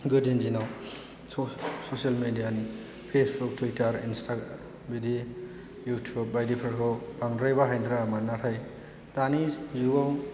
गोदोनि दिनाव ससियेल मिडियानि फेसबुक टुविटार इनसा्टाग्राम बिदि युटुब बायदिफोरखौ बांद्राय बाहायनो रोङामोन नाथाय दानि जुगाव